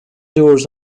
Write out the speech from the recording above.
doors